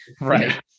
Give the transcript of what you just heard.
Right